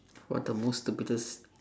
what the most stupidest